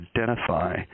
identify